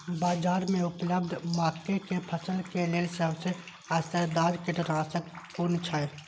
बाज़ार में उपलब्ध मके के फसल के लेल सबसे असरदार कीटनाशक कुन छै?